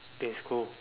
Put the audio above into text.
that's cool